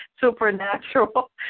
supernatural